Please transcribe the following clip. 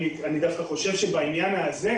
אני דווקא חושב שבעניין הזה,